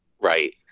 Right